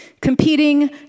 Competing